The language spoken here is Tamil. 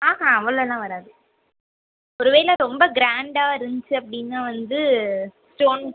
ஆஹாங் அவ்வளோலாம் வராது ஒருவேளை ரொம்ப கிராண்டாக இருந்துச்சு அப்படின்னா வந்து ஸ்டோன்